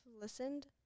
listened